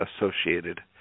associated